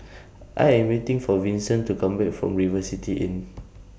I Am waiting For Vinson to Come Back from River City Inn